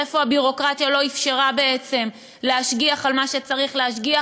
איפה הביורוקרטיה לא אפשרה בעצם להשגיח על מה שצריך להשגיח,